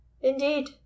Indeed